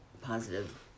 positive